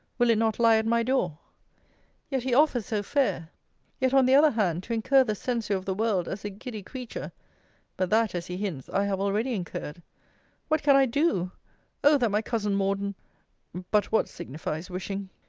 will it not lie at my door yet, he offers so fair yet, on the other hand, to incur the censure of the world, as a giddy creature but that, as he hints, i have already incurred what can i do oh! that my cousin morden but what signifies wishing?